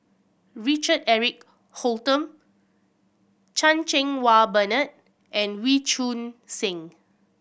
Richard Eric Holttum Chan Cheng Wah Bernard and Wee Choon Seng